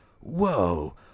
whoa